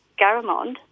garamond